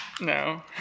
no